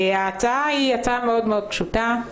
ההצעה היא הצעה מאוד מאוד פשוטה.